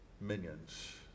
minions